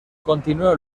continuó